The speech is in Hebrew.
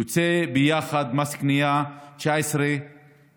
יוצא ביחד שמס קנייה הוא 19.2%,